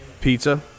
pizza